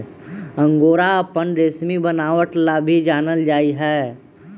angora अपन रेशमी बनावट ला भी जानल जा हई